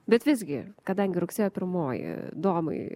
bet visgi kadangi rugsėjo pirmoji domai